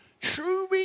true